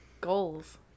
goals